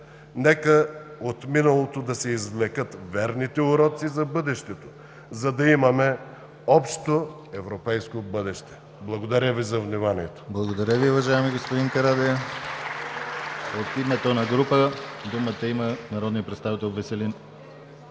Нека от миналото да се извлекат верните уроци за бъдещето, за да имаме общо европейско бъдеще. Благодаря Ви за вниманието.